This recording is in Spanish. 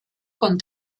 con